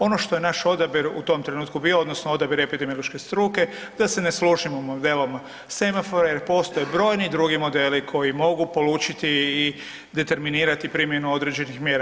Ono što je naš odabir u tom trenutku bio odnosno epidemiološke struke da se ne služimo modelom semafora jer postoje brojni drugi modeli koji mogu polučiti i determinirati primjenu određenih mjera.